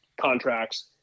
contracts